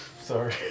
Sorry